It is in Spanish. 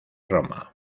roma